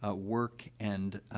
ah work and, ah,